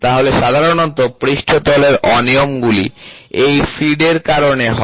তাহলে সাধারণত পৃষ্ঠতলের অনিয়মগুলি এই ফিড এর কারনে হয়